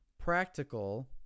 practical